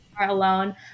alone